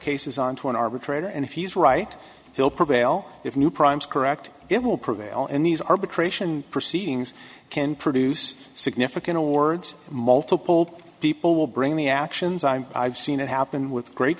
cases on to an arbitrator and if he's right he'll prevail if new primes correct it will prevail in these arbitration proceedings can produce significant awards multiple people will bring the actions i'm i've seen it happen with great